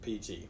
PT